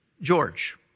George